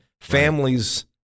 families